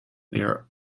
near